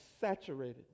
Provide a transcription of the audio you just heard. saturated